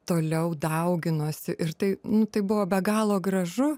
toliau dauginosi ir tai nu tai buvo be galo gražu